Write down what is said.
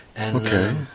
okay